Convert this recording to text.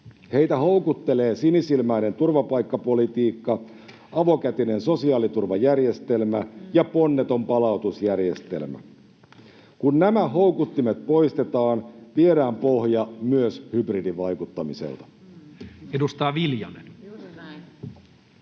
Heitä houkuttelee sinisilmäinen turvapaikkapolitiikka, avokätinen sosiaaliturvajärjestelmä ja ponneton palautusjärjestelmä. Kun nämä houkuttimet poistetaan, viedään pohja myös hybridivaikuttamiselta. [Speech